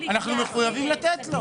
מי שלא תהיה לו תוספת של מטרים, לא ישלם.